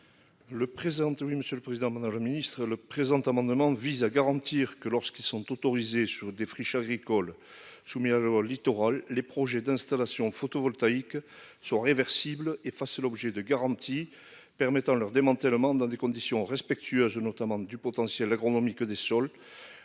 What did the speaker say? le présent amendement vise à garantir que lorsqu'ils sont autorisés sur des friches agricoles soumis à le littoral, les projets d'installations photovoltaïques sont réversibles et fassent l'objet de garanties permettant leur démantèlement, dans des conditions respectueuses notamment du potentiel agronomique des soldes,